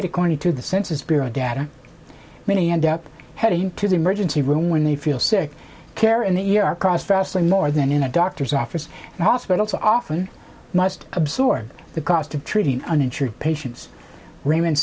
eight according to the census bureau data many end up heading to the emergency room when they feel sick care in the e r cost vastly more than in a doctor's office and hospitals often must absorb the cost of treating uninsured patients raymond